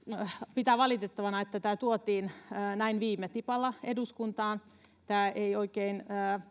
pitää valitettavana että tämä tuotiin näin viime tipalla eduskuntaan tämä ei oikein